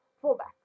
fullback